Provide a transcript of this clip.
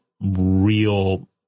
real